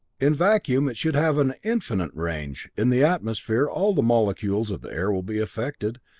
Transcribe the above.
in vacuum it should have an infinite range in the atmosphere all the molecules of the air will be affected,